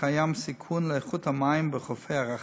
קיים חשש שהחוף יישאר סגור גם לאחר תחילת עונת הרחצה,